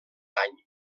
any